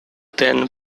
then